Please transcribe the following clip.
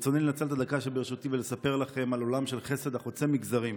ברצוני לנצל את הדקה שברשותי ולספר לכם על עולם של חסד החוצה מגזרים.